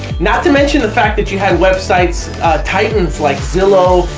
not to mention the fact that you have websites titans, like zillow,